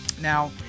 Now